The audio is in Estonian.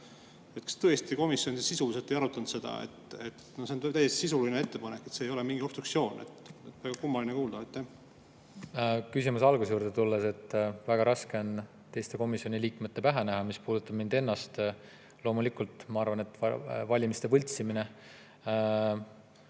Kas komisjon tõesti sisuliselt ei arutanud seda? See on täiesti sisuline ettepanek, see ei ole mingi obstruktsioon. Väga kummaline kuulda. Küsimuse alguse juurde tulles, väga raske on teiste komisjoni liikmete pähe näha. Mis puudutab mind ennast, siis loomulikult ma arvan, et valimiste võltsimine